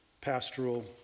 pastoral